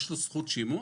יש לו זכות שימוע?